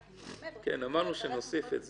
רק רצינו לוודא --- אמרנו שנוסיף את זה.